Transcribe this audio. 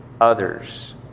others